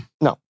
No